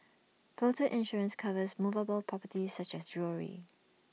floater insurance covers movable properties such as jewellery